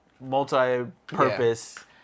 multi-purpose